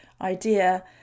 idea